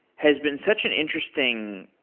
has been such an interesting,